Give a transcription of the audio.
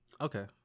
okay